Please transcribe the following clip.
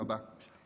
היא